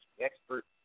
expert